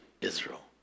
Israel